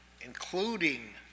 including